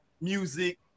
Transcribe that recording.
music